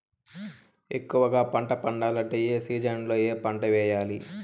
ఎక్కువగా పంట పండాలంటే ఏ సీజన్లలో ఏ పంట వేయాలి